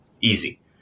Easy